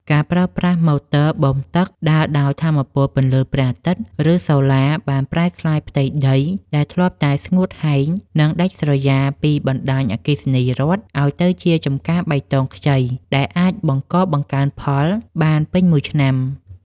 ការប្រើប្រាស់ម៉ូទ័របូមទឹកដើរដោយថាមពលពន្លឺព្រះអាទិត្យ ឬសូឡា បានប្រែក្លាយផ្ទៃដីដែលធ្លាប់តែស្ងួតហែង និងដាច់ស្រយាលពីបណ្ដាញអគ្គិសនីរដ្ឋ ឱ្យទៅជាចម្ការបៃតងខ្ចីដែលអាចបង្កបង្កើនផលបានពេញមួយឆ្នាំ។